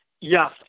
Yes